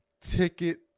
ticket